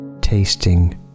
tasting